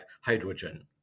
hydrogen